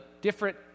different